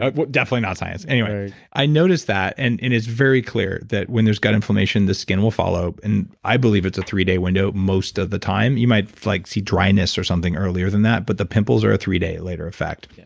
ah definitely not science. anyway, i noticed that and it is very clear that when there's gut inflammation, the skin will follow. and i believe it's a three-day window most of the time you might like see dryness or something earlier than that, but the pimples are a three-day later effect. yeah